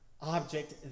object